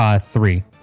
three